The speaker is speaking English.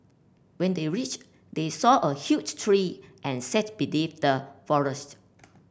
when they reached they saw a huge tree and sat beneath the